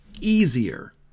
easier